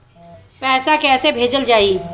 पैसा कैसे भेजल जाइ?